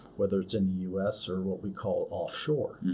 whether it's in the us or what we call offshore.